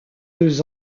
deux